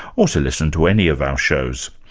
or to listen to any of our shows.